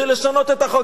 לשנות את החוק,